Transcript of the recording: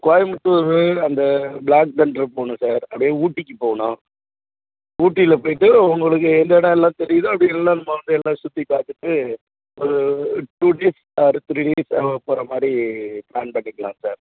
கோயம்த்தூரு அந்த ப்ளாக் தண்ட்ரு போகணும் சார் அப்படியே ஊட்டிக்குப் போகணும் ஊட்டியில் போயிட்டு உங்களுக்கு எந்த இடம் எல்லாம் தெரியுதோ அது எல்லாம் வந்து எல்லாம் சுற்றிப் பார்த்துட்டு ஒரு two days or three days போகிற மாதிரி ப்ளான் பண்ணிக்கலாம் சார்